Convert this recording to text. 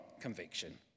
conviction